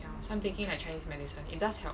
ya so I'm thinking like chinese medicine it does help